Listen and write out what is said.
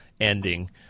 ending